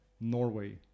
Norway